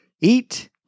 Eat